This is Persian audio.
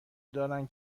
دارن